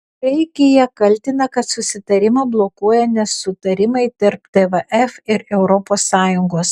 graikija kaltina kad susitarimą blokuoja nesutarimai tarp tvf ir europos sąjungos